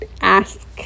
ask